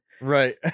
right